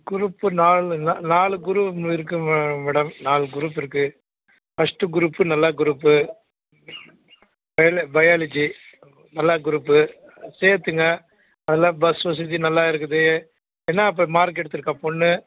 group நாலுங்க நாலு group இருக்குதுங்க மேடம் நாலு குரூப் இருக்குது ஃபஸ்ட்டு குரூப் நல்ல குரூப் பயாலஜி நல்ல குரூப்பு சேர்த்துங்க நல்லா பஸ் வசதி நல்லா இருக்குது என்னா இப்போ மார்க் எடுத்திருக்கா பெண்ணு